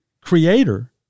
creator